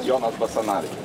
jonas basanavič